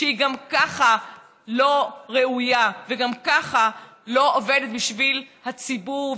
שגם ככה היא לא ראויה וגם ככה לא עובדת בשביל הציבור,